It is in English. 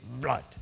blood